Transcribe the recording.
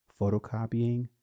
photocopying